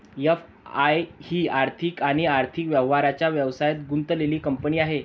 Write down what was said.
FI ही आर्थिक आणि आर्थिक व्यवहारांच्या व्यवसायात गुंतलेली कंपनी आहे